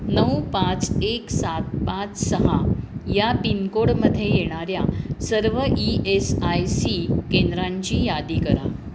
नऊ पाच एक सात पाच सहा या पिनकोडमध्ये येणाऱ्या सर्व ई एस आय सी केंद्रांची यादी करा